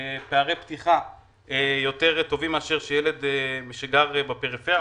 פערי פתיחה יותר טובים מאשר שילד שגר בפריפריה.